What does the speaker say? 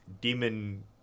demon